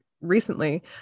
recently